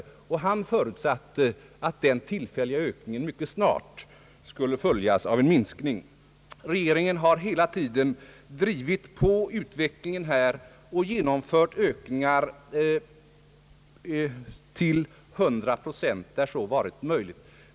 Han förutsatte att den tillfälliga ökningen mycket snart skulle följas av en minskning. Regeringen har hela tiden drivit på utvecklingen här och genomfört ökningar till hundra procent där så varit möjligt.